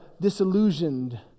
disillusioned